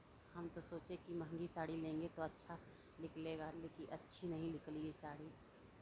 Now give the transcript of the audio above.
हम तो सोचे कि महँगी साड़ी लेंगे तो अच्छा निकलेगा लेकिन अच्छी नहीं निकली ये साड़ी